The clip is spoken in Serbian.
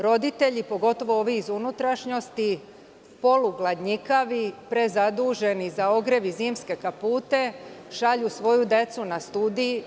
Roditelji, pogotovo ovi iz unutrašnjosti, polugladnjikavi, prezaduženi za ogrev i zimske kapute, šalju svoju decu na studije.